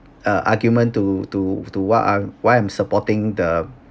uh argument to to to what I'm why I'm supporting the